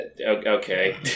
Okay